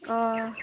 अ